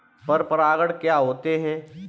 पर परागण क्या होता है?